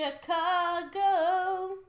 Chicago